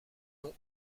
noms